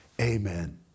amen